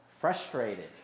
frustrated